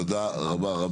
תודה רבה.